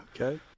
Okay